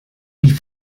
wie